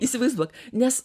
įsivaizduok nes